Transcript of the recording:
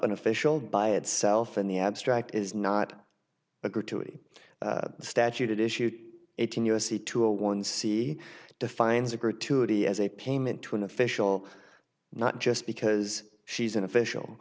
an official by itself in the abstract is not a gratuity statute it issued eighteen u s c two a one c defines a gratuitous as a payment to an official not just because she's an official